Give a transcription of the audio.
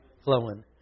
flowing